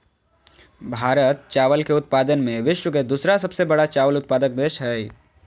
भारत चावल के उत्पादन में विश्व के दूसरा सबसे बड़ा चावल उत्पादक देश हइ